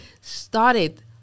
started